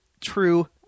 true